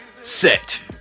set